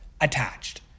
attached